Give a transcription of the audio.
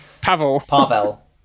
Pavel